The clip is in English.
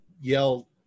yell